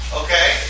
okay